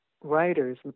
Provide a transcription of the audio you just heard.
writers